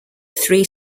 three